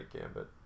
Gambit